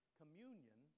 communion